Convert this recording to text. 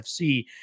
FC